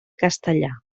castellà